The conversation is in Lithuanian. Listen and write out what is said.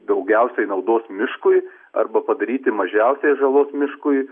daugiausiai naudos miškui arba padaryti mažiausiai žalos miškui